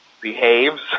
behaves